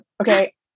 Okay